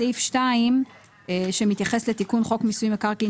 בסעיף 2 שמתייחס לתיקון חוק מיסוי מקרקעין